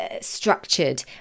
structured